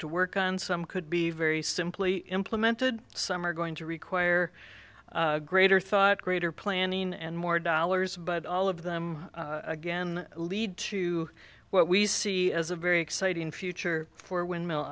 to work on some could be very simply implemented some are going to require greater thought greater planning and more dollars but all of them again lead to what we see as a very exciting future for windmill